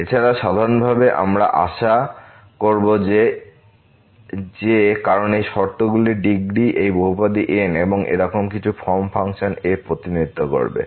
এছাড়াও সাধারণভাবে আমরা আশা করবো যে কারণ এই শর্তগুলির যে ডিগ্রী এই বহুপদী n এবং একরকম কিছু ফর্ম ফাংশন f প্রতিনিধিত্ব করবে